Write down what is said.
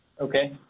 Okay